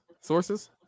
Sources